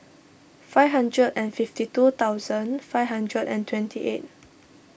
five hundred and fifty two thousand five hundred and twenty eight